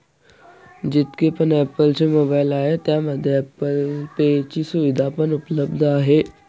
जितके पण ॲप्पल चे मोबाईल आहे त्यामध्ये ॲप्पल पे ची सुविधा पण उपलब्ध आहे